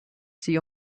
sie